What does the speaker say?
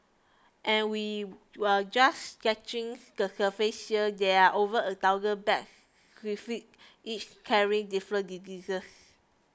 and we're just scratching the surface there are over a thousand bat each carrying different diseases